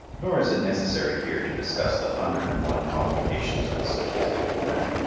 nor is it necessary here to discuss the hundred and one modifications of the socialistic plan.